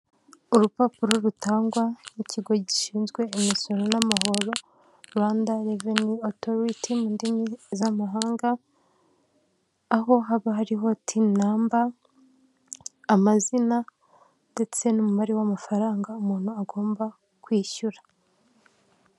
Urupapuro rutangwa mu kigo gishinzwe imisoro n'amahoro Rwanda revenu otoriti mu ndimi z'amahanga, aho haba hariho tini namba, amazina ndetse n'umubare w'amafaranga umuntu agomba kwishyura.